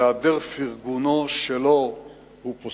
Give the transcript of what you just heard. בהיעדר פרגונו שלו הוא פוסל.